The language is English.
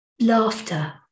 laughter